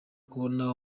kubona